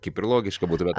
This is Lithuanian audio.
kaip ir logiška būtų bet